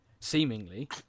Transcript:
seemingly